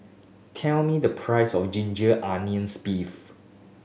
tell me the price of ginger onions beef